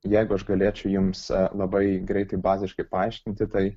jeigu aš galėčiau jums labai greitai baziškai paaiškinti tai